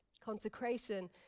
Consecration